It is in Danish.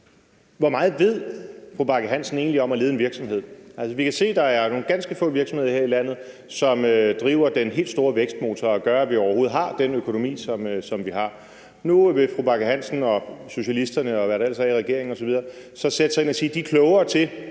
hvor meget ved fru Charlotte Bagge Hansen egentlig om at lede en virksomhed? Vi kan se, at der er nogle ganske få virksomheder her i landet, som driver den helt store vækstmotor og gør, at vi overhovedet har den økonomi, som vi har. Nu vil fru Charlotte Bagge Hansen, socialisterne, og hvad der ellers er i regeringen, sætte sig ind og sige, at de er klogere til